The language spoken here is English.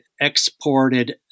exported